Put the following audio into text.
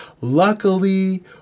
Luckily